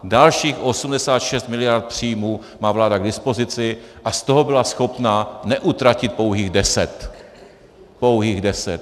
Dalších 86 miliard příjmů má vláda k dispozici a z toho byla schopna neutratit pouhých 10. Pouhých 10!